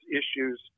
issues